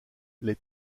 les